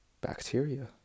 bacteria